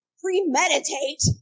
premeditate